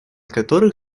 которых